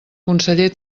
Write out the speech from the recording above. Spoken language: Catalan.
conseller